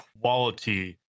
quality